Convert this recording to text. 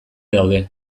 daude